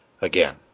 again